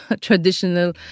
traditional